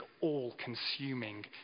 all-consuming